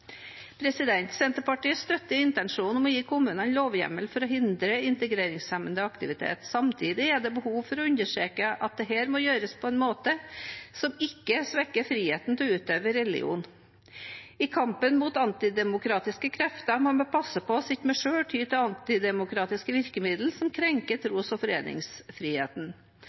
Senterpartiet støtter intensjonen om å gi kommunene lovhjemmel for å hindre integreringshemmende aktivitet. Samtidig er det behov for å understreke at dette må gjøres på en måte som ikke svekker friheten til å utøve religion. I kampen mot antidemokratiske krefter må vi passe på så vi ikke selv tyr til antidemokratiske virkemidler som krenker tros- og foreningsfriheten.